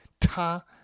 ta